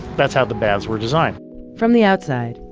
that's how the baths were designed from the outside,